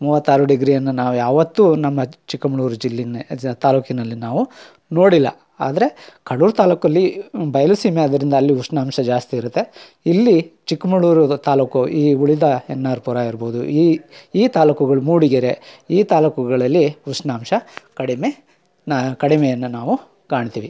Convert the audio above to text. ಮೂವತ್ತಾರು ಡಿಗ್ರಿಯನ್ನು ನಾವು ಯಾವತ್ತು ನಮ್ಮ ಚಿಕ್ಕಮಗ್ಳೂರು ಜಿಲ್ಲೆನ್ ಜ ತಾಲೂಕಿನಲ್ಲಿ ನಾವು ನೋಡಿಲ್ಲ ಆದರೆ ಕಡೂರು ತಾಲೂಕಲ್ಲಿ ಬಯಲು ಸೀಮೆಯಾದ್ದರಿಂದ ಅಲ್ಲಿ ಉಷ್ಣಾಂಶ ಜಾಸ್ತಿಯಿರುತ್ತೆ ಇಲ್ಲಿ ಚಿಕ್ಕಮಗ್ಳೂರು ತಾಲೂಕು ಈ ಉಳಿದ ಎನ್ನಾರ್ಪುರ ಇರ್ಬೋದು ಈ ತಾಲೂಕುಗಳು ಮೂಡಿಗೆರೆ ಈ ತಾಲೂಕುಗಳಲ್ಲಿ ಉಷ್ಣಾಂಶ ಕಡಿಮೆ ನ ಕಡಿಮೆಯನ್ನು ನಾವು ಕಾಣ್ತಿವಿ